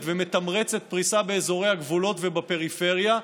ומתמרצת פריסה באזורי הגבולות ובפריפריה,